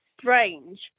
strange